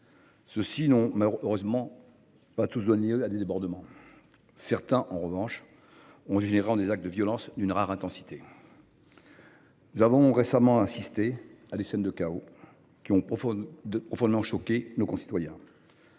Heureusement, tous n’ont pas donné lieu à des débordements. Certains, en revanche, ont dégénéré en des actes de violence d’une rare intensité. Nous avons récemment assisté à des scènes de chaos, qui ont profondément choqué nos concitoyens.